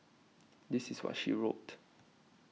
this is what she wrote